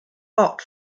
hot